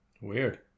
Weird